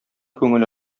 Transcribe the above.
күңел